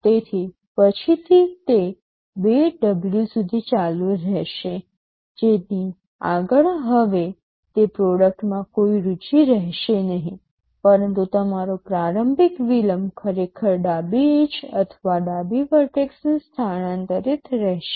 તેથી પછીથી તે ૨ W સુધી ચાલુ રહેશે જેની આગળ હવે તે પ્રોડક્ટમાં કોઈ રુચિ રહેશે નહીં પરંતુ તમારો પ્રારંભિક વિલંબ ખરેખર ડાબી એડ્જ અથવા ડાબી વર્ટેક્ષને સ્થાનાંતરિત રહેશે